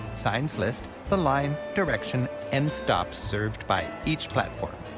signs list the line, direction, and stops served by each platform.